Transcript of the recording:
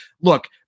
Look